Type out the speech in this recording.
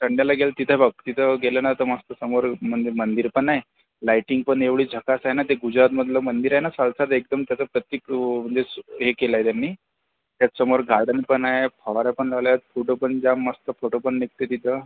संडेला गेलं तिथे बघ तिथं गेलं ना त मस्त समोर मंदि मंदिर पण आहे लाईटींग पण एवढी झकास आहे ना ते गुजरातमधलं मंदिर आहे ना सालसार एकदम त्याचं प्रतिक म्हणजे हे केलं आहे त्यांनी त्याचसमोर गार्डन पण आहे फवारे पण लावले आहेत कुठं पण जाम मस्त फोटो पण निघते तिथं